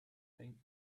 faint